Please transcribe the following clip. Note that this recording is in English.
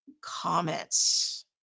comments